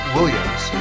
Williams